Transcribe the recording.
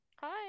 Hi